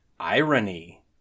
Irony